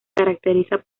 caracteriza